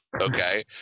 okay